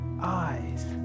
eyes